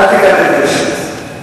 אל תיקח את זה אישית.